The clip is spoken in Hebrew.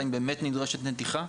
האם באמת נדרשת נתיחה,